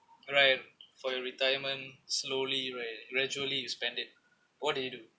alright for your retirement slowly right gradually you spend it what did you do